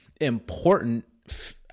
important